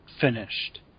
finished